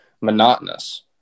monotonous